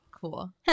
Cool